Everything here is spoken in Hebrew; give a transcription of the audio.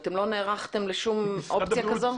לא נערכתם לשום אופציה כזאת?